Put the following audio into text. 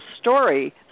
story